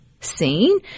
seen